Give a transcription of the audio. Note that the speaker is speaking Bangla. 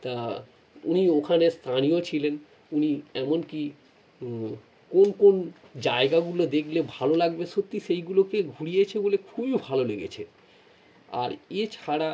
তা উনি ওখানে স্থানীয় ছিলেন উনি এমন কি কোন কোন জায়গাগুলো দেখলে ভালো লাগবে সত্যি সেইগুলোকে ঘুরিয়েছে বলে খুবই ভালো লেগেছে আর এছাড়া